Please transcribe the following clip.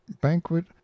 Banquet